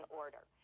order